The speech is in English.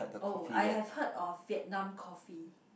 oh I have heard of Vietnam coffee